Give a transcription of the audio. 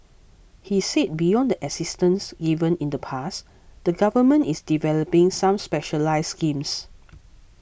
he said beyond the assistance given in the past the government is developing some specialised schemes